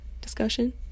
discussion